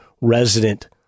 resident